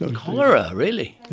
ah cholera, really?